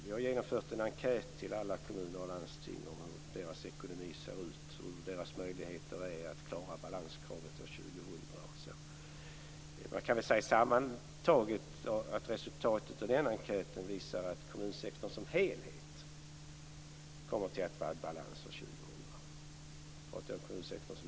Vi har genomfört en enkät till alla kommuner och landsting om hur deras ekonomi ser ut, vilka möjligheter de har att klara balanskravet år 2000 osv. Sammantaget visar resultatet av denna enkät att kommunsektorn som helhet kommer att vara i balans till år 2000.